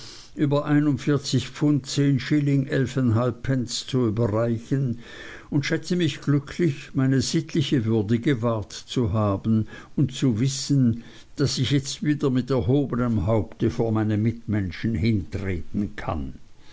über sh zu überreichen und schätze mich glücklich meine sittliche würde gewahrt zu haben und zu wissen daß ich jetzt wieder mit erhobenem haupte vor meine mitmenschen hintreten kann